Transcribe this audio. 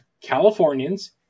Californians